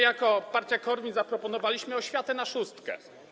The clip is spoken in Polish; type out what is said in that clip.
Jako partia KORWiN zaproponowaliśmy „Oświatę na szóstkę”